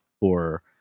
or-